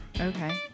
Okay